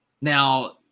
Now